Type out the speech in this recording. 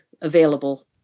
available